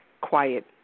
quiet